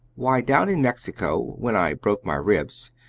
why, down in mexico, when i broke my ribs,